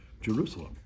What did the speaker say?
Jerusalem